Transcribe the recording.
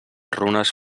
runes